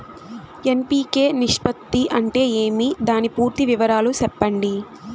NPK నిష్పత్తి అంటే ఏమి దాని పూర్తి వివరాలు సెప్పండి?